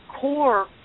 core